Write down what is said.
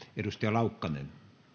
edustaja laukkanen